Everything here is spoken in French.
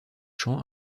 champs